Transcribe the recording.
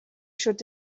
should